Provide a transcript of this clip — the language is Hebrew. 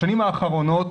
בשנים האחרונות